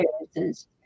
experiences